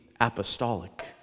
apostolic